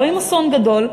לא עם אסון גדול,